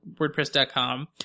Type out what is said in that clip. WordPress.com